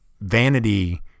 vanity